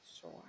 sure